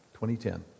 2010